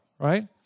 Right